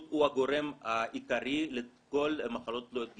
הוא הגורם העיקרי לכל המחלות תלויות גיל.